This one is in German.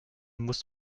muss